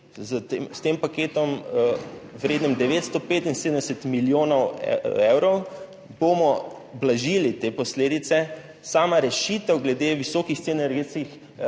s tem paketom, vrednim 975 milijonov evrov, blažili te posledice. Sama rešitev glede visokih cen